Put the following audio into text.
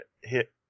hit